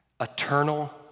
eternal